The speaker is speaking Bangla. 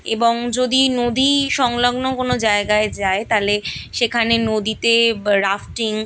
এবং যদি নদী সংলগ্ন কোনো জায়গায় যায় তাহলে সেখানে নদীতে রাফটিং